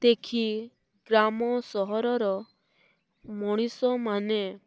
ଦେଖି ଗ୍ରାମ ସହରର ମଣିଷମାନେ